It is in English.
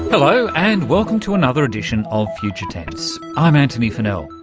hello and welcome to another edition of future tense, i'm antony funnell.